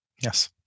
Yes